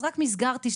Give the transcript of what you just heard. אז רק מסגרתי שנייה,